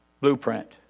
blueprint